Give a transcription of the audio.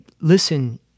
listen